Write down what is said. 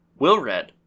Wilred